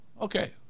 Okay